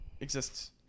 exists